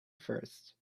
first